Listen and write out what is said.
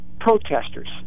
protesters